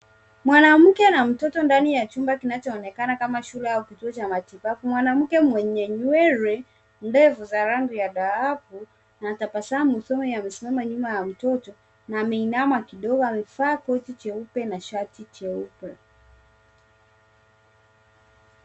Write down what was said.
Mwanamke na mtoto ndani ya chumba kinachoonekana kama chumba kinachoonekana kama shule ama kituo cha matibabu. Mwanamke mwenye nywele ndefu za rangi ya dhahabu anatabasamu amesimama nyuma ya mtoto na ameinama kidogo amevaa koti jeupe na shati jeupe.